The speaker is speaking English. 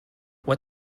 what